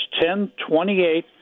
1028